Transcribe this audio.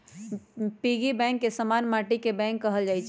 piggy bank के समान्य माटिके बैंक कहल जाइ छइ